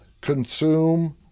consume